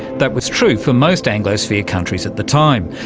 that was true for most anglosphere countries at the time.